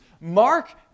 Mark